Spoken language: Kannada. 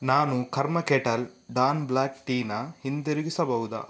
ನಾನು ಕರ್ಮ ಕೆಟಲ್ ಡಾನ್ ಬ್ಲ್ಯಾಕ್ ಟೀನ ಹಿಂದಿರುಗಿಸಬಹುದಾ